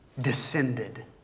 descended